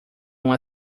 uma